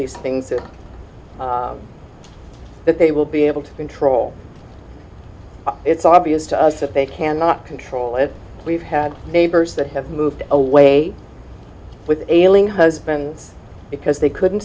these things that they will be able to control it's obvious to us that they cannot control it we've had neighbors that have moved away with ailing husbands because they couldn't